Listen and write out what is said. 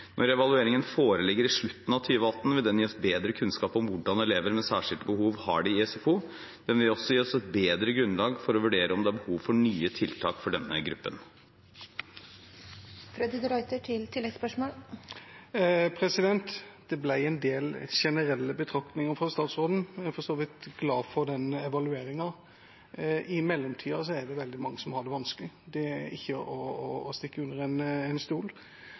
Når evalueringen foreligger i slutten av 2018, vil den gi oss bedre kunnskap om hvordan elever med særskilte behov har det i SFO. Den vil også gi oss et bedre grunnlag for å vurdere om det er behov for nye tiltak for denne gruppen. Det ble en del generelle betraktninger fra statsråden. Jeg er for så vidt glad for den evalueringen, men i mellomtida er det veldig mange som har det vanskelig. Det er ikke til å stikke under